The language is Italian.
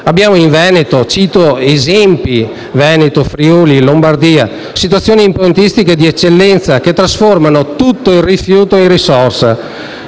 Abbiamo in Veneto (cito esempi anche in Friuli e Lombardia) situazioni impiantistiche di eccellenza, che trasformano tutto il rifiuto in risorsa.